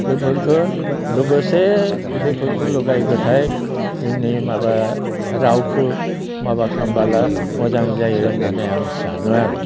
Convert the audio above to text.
बेफोरखो लोगोसे बेफोरखौ लगाय लथाय जोंनि माबा रावखौ माबा खालामब्ला मोजां जायो होननानै आं सानो आरो